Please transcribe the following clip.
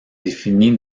définies